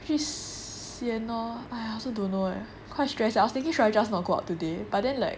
feel sian lor !aiya! I also don't know leh quite stress I was thinking should I just not go out today but then like